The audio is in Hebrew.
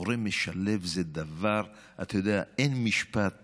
מורה משלב זה דבר, אתה יודע, אין משפט